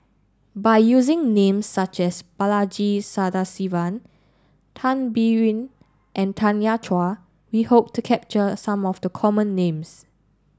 by using names such as Balaji Sadasivan Tan Biyun and Tanya Chua we hope to capture some of the common names